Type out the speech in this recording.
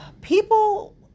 people